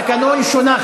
התקנון שונה,